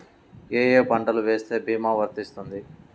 ఏ ఏ పంటలు వేస్తే భీమా వర్తిస్తుంది?